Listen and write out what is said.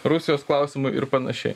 rusijos klausimui ir panašiai